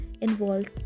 involves